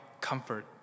comfort